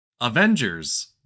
Avengers